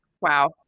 Wow